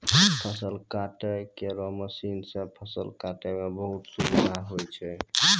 फसल काटै केरो मसीन सँ फसल काटै म बहुत सुबिधा होय छै